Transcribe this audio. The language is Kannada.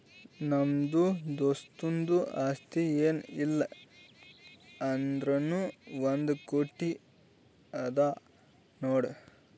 ನಮ್ದು ದೋಸ್ತುಂದು ಆಸ್ತಿ ಏನ್ ಇಲ್ಲ ಅಂದುರ್ನೂ ಒಂದ್ ಕೋಟಿ ಅದಾ ನೋಡ್